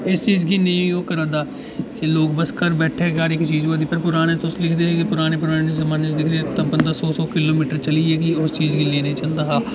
इस चीज गी निं ओह् करा दा कि लोक बस घर बैठे दे हर इक चीज़ होआ दी पर पराने लोक तुस दिखदे हे कि पराने पराने जमाने लोक तुस दिखदे हे कि बंदा सौ सौ किलोमीटर चलियै कि उस चीज़ गी लैने गी जंदा हा